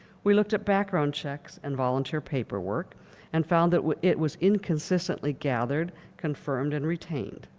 we looked at background checks and volunteer paperwork and found that it was inconsistently gathered confirmed and retained.